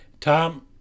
Tom